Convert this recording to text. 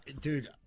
dude